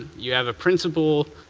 you have a principal.